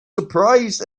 surprised